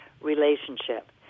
relationship